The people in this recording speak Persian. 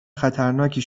خطرناکی